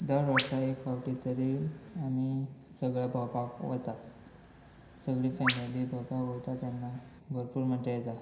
दर वर्सा एक फावटी तरी आमी सगळे भोंवपाक वतात सगळी फॅमिली भोंवपाक वयता तेन्ना भरपूर मजा येता